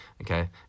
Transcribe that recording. okay